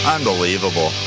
Unbelievable